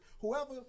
Whoever